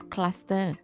Cluster